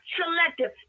selective